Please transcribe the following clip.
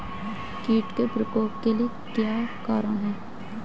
कीट के प्रकोप के क्या कारण हैं?